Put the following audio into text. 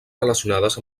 relacionades